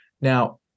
Now